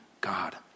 God